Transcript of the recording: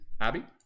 Abby